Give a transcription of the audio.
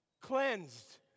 cleansed